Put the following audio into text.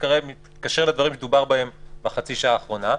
זה מתקשר לדברים שדובר בהם בחצי השעה האחרונה.